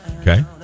Okay